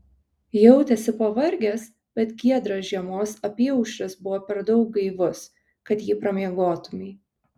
jautėsi pavargęs bet giedras žiemos apyaušris buvo per daug gaivus kad jį pramiegotumei